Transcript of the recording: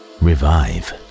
revive